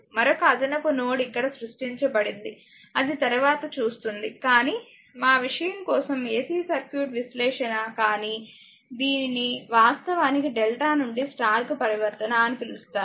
మరొక అదనపు నోడ్ ఇక్కడ సృష్టించబడింది అది తరువాత చూస్తుంది కానీ మా ఈ విషయం కోసం AC సర్క్యూట్ విశ్లేషణ కానీ దీనిని వాస్తవానికి డెల్టా నుండి స్టార్ కు పరివర్తన అని పిలుస్తారు